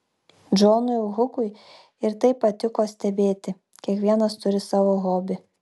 džonui hukui ir tai patiko stebėti kiekvienas turi savo hobį